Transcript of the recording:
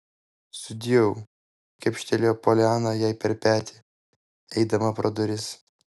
sudieu kepštelėjo poliana jai per petį eidama pro duris